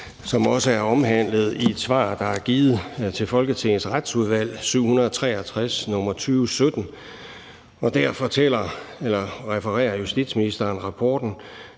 som også er omtalt i et svar, der er givet til Folketingets Retsudvalg – nr. 763 i 2017. Og der refererer justitsministeren rapporten,